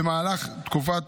במהלך תקופת